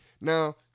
Now